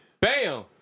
Bam